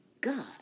God